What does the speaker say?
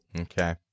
Okay